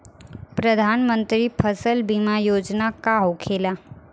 प्रधानमंत्री फसल बीमा योजना का होखेला?